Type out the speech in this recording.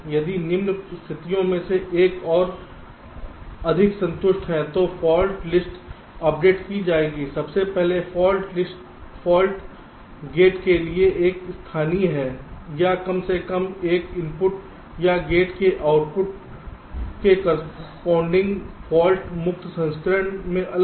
यदि निम्न स्थितियों में से एक और अधिक संतुष्ट हैं तो फाल्ट लिस्ट अपडेट की जाएगी सबसे पहले फाल्ट गेट के लिए स्थानीय है या कम से कम एक इनपुट या गेट के आउटपुट करेस्पॉन्डइंग फाल्ट मुक्त संस्करण में अलग है